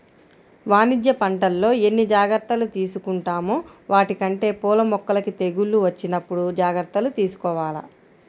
వాణిజ్య పంటల్లో ఎన్ని జాగర్తలు తీసుకుంటామో వాటికంటే పూల మొక్కలకి తెగుళ్ళు వచ్చినప్పుడు జాగర్తలు తీసుకోవాల